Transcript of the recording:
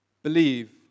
believe